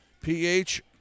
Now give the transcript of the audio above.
PH